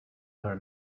her